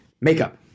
Makeup